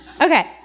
Okay